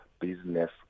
business